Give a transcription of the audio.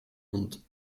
und